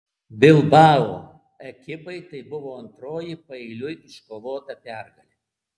bilbao ekipai tai buvo antroji paeiliui iškovota pergalė